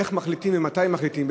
איך מחליטים ומתי מחליטים,